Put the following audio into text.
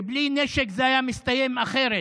שבלי נשק זה היה מסתיים אחרת,